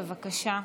בבקשה.